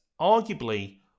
arguably